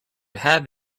have